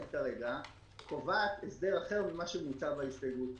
כרגע קובעת הסדר אחר ממה שמוצע בהסתייגות.